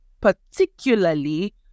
particularly